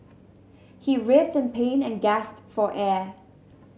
he writhed in pain and gasped for air